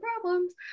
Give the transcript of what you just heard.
problems